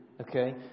okay